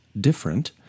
different